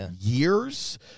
years